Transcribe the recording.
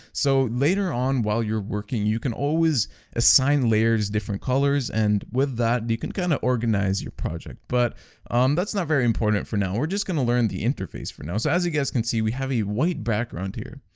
so later on, while you're working you can always assign layers different colors and with that you can kind of organize your project, but um that's not very important for now we're going to learn the interface for now so as you guys can see we have a white background here,